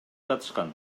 жатышкан